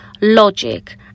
logic